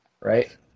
Right